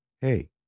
Hey